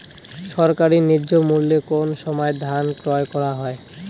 সরকারি ন্যায্য মূল্যে কোন সময় ধান ক্রয় করা হয়?